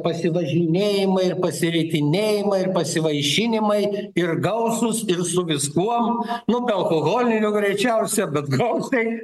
pasivažinėjimai ir pasiritinėjimai ir pasivaišinimai ir gausūs ir su viskuom nu be alkoholinių greičiausia bet gausiai